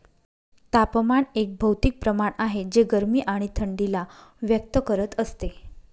तापमान एक भौतिक प्रमाण आहे जे गरमी आणि थंडी ला व्यक्त करत असते